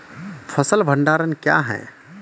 फसल भंडारण क्या हैं?